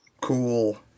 Cool